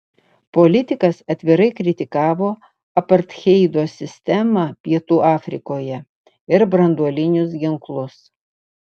politikas atvirai kritikavo apartheido sistemą pietų afrikoje ir branduolinius ginklus